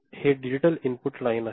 तर हे digital input line आहेत